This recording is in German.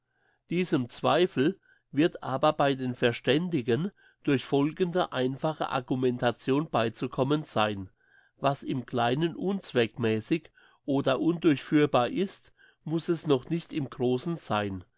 diesem zweifel wird aber bei den verständigen durch folgende einfache argumentation beizukommen sein was im kleinen unzweckmässig oder undurchführbar ist muss es noch nicht im grossen sein